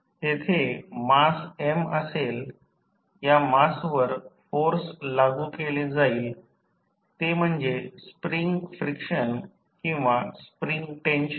तेथे mass M असेल या मासवर फोर्स लागू केले जाईल ते म्हणजे स्प्रिंग फ्रिक्शन किंवा स्प्रिंग टेन्शन